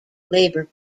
labour